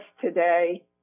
today